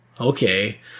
Okay